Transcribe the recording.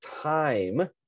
time